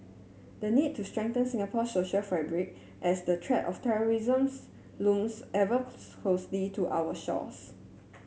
the need to strengthen Singapore social fabric as the threat of terrorism's looms ever closely to our shores